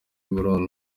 burundu